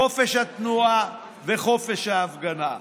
חופש התנועה וחופש ההפגנה.